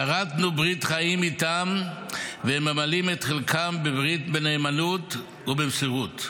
כרתנו ברית חיים איתם והם ממלאים את חלקם בברית בנאמנות ובמסירות.